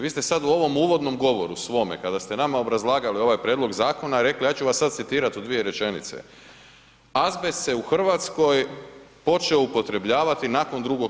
Vi ste sada u ovom uvodnom govoru svome kada ste nama obrazlagali ovaj prijedlog zakona, ja ću vas sada citirati u dvije rečenice „azbest se u Hrvatskoj počeo upotrebljavati nakon II.